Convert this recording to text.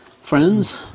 friends